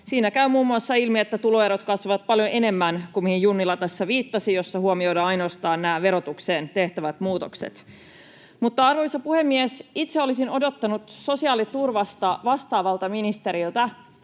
siinä käy muun muassa ilmi, että tuloerot kasvavat paljon enemmän kuin mihin Junnila tässä viittasi, missä huomioidaan ainoastaan nämä verotukseen tehtävät muutokset. Arvoisa puhemies! Itse olisin odottanut sosiaaliturvasta vastaavalta ministeriltä